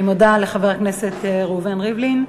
אני מודה לחבר הכנסת ראובן ריבלין.